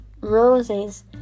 roses